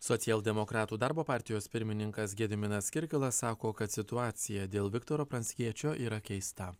socialdemokratų darbo partijos pirmininkas gediminas kirkilas sako kad situacija dėl viktoro pranckiečio yra keista